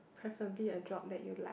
preferably a job that you like